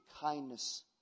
kindness